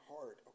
heart